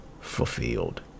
fulfilled